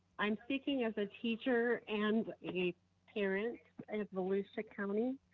i'm speaking as a teacher and a parent and at volusia county.